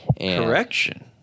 Correction